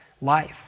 life